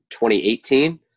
2018